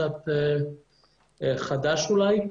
חדש אולי,